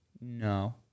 No